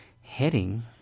heading